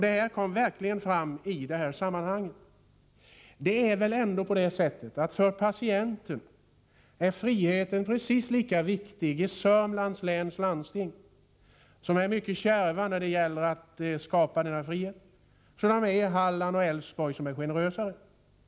Det här kom verkligen fram i detta sammanhang. Men för patienten är väl friheten precis lika viktig i Södermanlands läns landsting, där man är mycket kärv när det gäller att skapa denna frihet, som i Hallands län och Älvsborgs län, där man är generösare.